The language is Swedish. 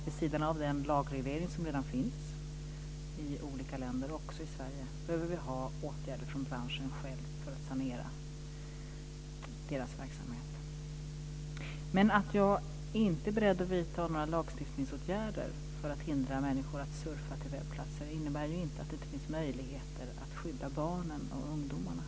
Vid sidan av den lagreglering som redan finns i olika länder, och även i Sverige, behöver vi ha åtgärder från branschen själv för att sanera verksamheten. Att jag inte är beredd att vidta några lagstiftningsåtgärder för att hindra människor att surfa till webbplatser innebär inte att det inte finns möjligheter att skydda barnen och ungdomarna.